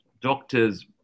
doctors